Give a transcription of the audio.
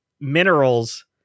minerals